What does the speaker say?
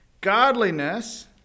godliness